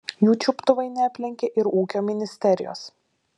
jų čiuptuvai neaplenkė ir ūkio ministerijos